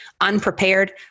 unprepared